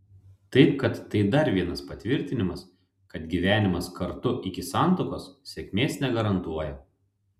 taip kad tai dar vienas patvirtinimas kad gyvenimas kartu iki santuokos sėkmės negarantuoja